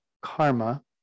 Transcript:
karma